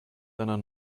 deiner